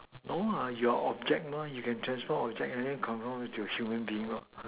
no ah you are object mah you can transform object and than transform back to a human being mah